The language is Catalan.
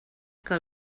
que